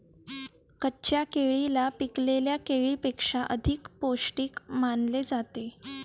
कच्च्या केळीला पिकलेल्या केळीपेक्षा अधिक पोस्टिक मानले जाते